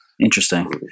Interesting